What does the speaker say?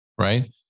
Right